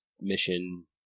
mission